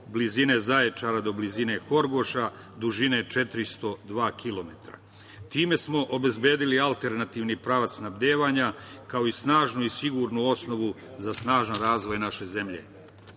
blizine Zaječara, do blizine Horgoša, dužine 402 km. Time smo obezbedili alternativni pravac snabdevanja, kao i snažnu i sigurnu osnovu za snažan razvoj naše zemlje. Mi